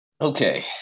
Okay